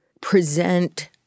present